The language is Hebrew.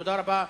תודה רבה,